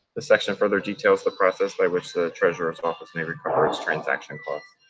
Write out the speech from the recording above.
the section further details the process by which the treasurer's office may recover its transaction cost.